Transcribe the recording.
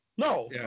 No